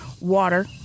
water